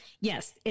Yes